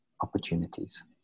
opportunities